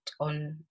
on